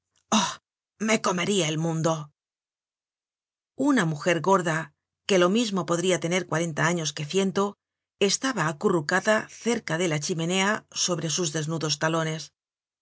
me comeria el mundo una mujer gorda que lo mismo podria tener cuarenta años que ciento estaba acurrucada cerca de'la chimenea sobre sus desnudos talones